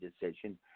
decision